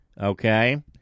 Okay